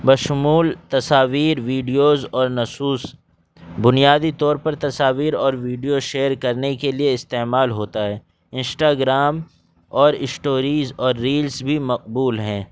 بشمول تصاویر ویڈیوز اور نسوس بنیادی طور پر تصاویر اور ویڈیو شیئر کرنے کے لیے استعمال ہوتا ہے انسٹاگرام اور اسٹوریز اور ریلز بھی مقبول ہیں